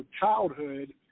childhood